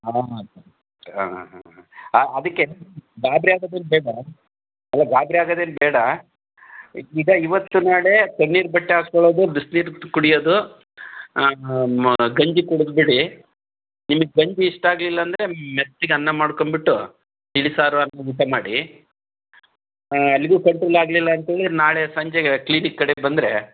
ಹಾಂ ಹಾಂ ಸರಿ ಹಾಂ ಹಾಂ ಹಾಂ ಹಾಂ ಅದಕ್ಕೆ ಗಾಬರಿ ಆಗೋದೇನು ಬೇಡ ಅಲ್ಲ ಗಾಬರಿ ಆಗೋದೇನು ಬೇಡ ಇದೆ ಇವತ್ತು ನಾಳೆ ತಣ್ಣೀರು ಬಟ್ಟೆ ಹಾಕೊಳ್ಳೋದು ಬಿಸಿನೀರು ಕುಡಿಯೋದು ಗಂಜಿ ಕುಡಿದ್ಬಿಡಿ ನಿಮಗೆ ಗಂಜಿ ಇಷ್ಟ ಆಗ್ಲಿಲ್ಲಂದ್ರೆ ಮೆತ್ತಗೆ ಅನ್ನ ಮಾಡ್ಕೊಂಬಿಟ್ಟು ತಿಳಿಸಾರು ಅನ್ನ ಊಟ ಮಾಡಿ ಅಲ್ಲಿಗೂ ಕಂಟ್ರೋಲ್ ಆಗ್ಲಿಲ್ಲಂತೇಳಿರೆ ನಾಳೆ ಸಂಜೆಗೆ ಕ್ಲಿನಿಕ್ ಕಡೆ ಬಂದರೆ